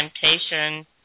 temptation